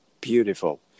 Beautiful